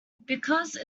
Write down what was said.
because